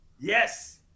yes